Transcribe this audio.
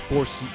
force